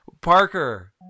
Parker